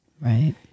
Right